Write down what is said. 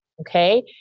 Okay